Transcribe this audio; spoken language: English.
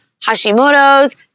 Hashimoto's